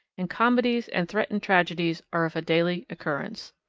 and comedies and threatened tragedies are of daily occurrence.